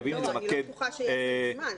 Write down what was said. אני לא בטוחה שיהיה זמן.